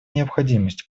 необходимость